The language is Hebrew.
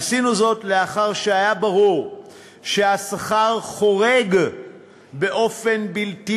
עשינו זאת לאחר שהיה ברור שהשכר חורג באופן בלתי